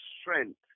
strength